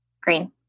green